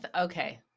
okay